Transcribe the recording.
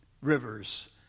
rivers